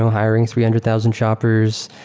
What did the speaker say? hiring three hundred thousand shoppers.